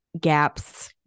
gaps